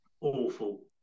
awful